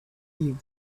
eve